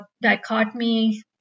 dichotomy